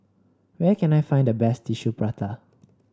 where can I find the best Tissue Prata